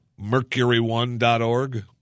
mercuryone.org